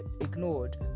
ignored